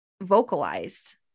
vocalized